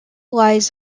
lies